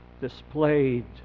displayed